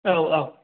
औ औ